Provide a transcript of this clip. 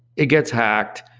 it gets hacked,